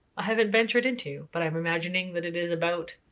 i haven't ventured into but i'm imagining that it is about